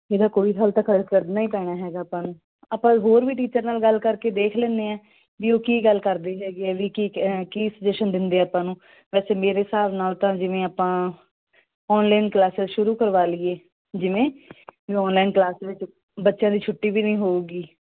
ਇਹਦਾ ਕੋਈ ਹੱਲ ਤਾਂ ਕੱਢ ਕੱਢਣਾ ਹੀ ਪੈਣਾ ਹੈਗਾ ਆਪਾਂ ਨੂੰ ਆਪਾਂ ਹੋਰ ਵੀ ਟੀਚਰ ਨਾਲ ਗੱਲ ਕਰਕੇ ਦੇਖ ਲੈਂਦੇ ਹਾਂ ਬਈ ਉਹ ਕੀ ਗੱਲ ਕਰਦੇ ਹੈਗੇ ਆ ਬਈ ਕੀ ਕੀ ਸਜੇਸ਼ਨ ਦਿੰਦੇ ਆ ਆਪਾਂ ਨੂੰ ਵੈਸੇ ਮੇਰੇ ਹਿਸਾਬ ਨਾਲ ਤਾਂ ਜਿਵੇਂ ਆਪਾਂ ਆਨਲਾਈਨ ਕਲਾਸਿਸ ਸ਼ੁਰੂ ਕਰਵਾ ਲਈਏ ਜਿਵੇਂ ਆਨਲਾਈਨ ਕਲਾਸ ਵਿੱਚ ਬੱਚਿਆਂ ਦੀ ਛੁੱਟੀ ਵੀ ਨਹੀਂ ਹੋਊਗੀ